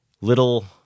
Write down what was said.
little